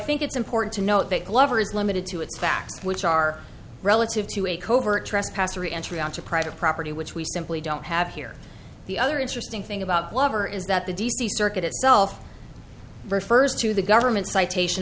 think it's important to note glover is limited to its facts which are relative to a covert trespasser entry on to private property which we simply don't have here the other interesting thing about glover is that the d c circuit itself refers to the government citation